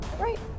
right